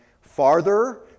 farther